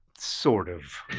sort of.